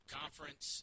conference